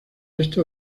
esto